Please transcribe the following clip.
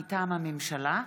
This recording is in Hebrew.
מטעם הממשלה: